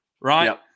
right